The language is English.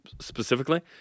specifically